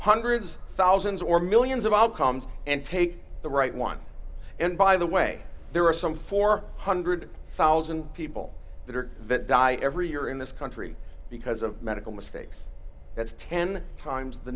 hundreds thousands or millions of outcomes and take the right one and by the way there are some four hundred thousand people that are that die every year in this country because of medical mistakes that's ten times the